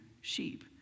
sheep